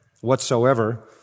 whatsoever